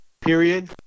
period